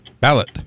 Ballot